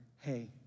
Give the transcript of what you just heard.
hey